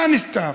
מה הנסתר?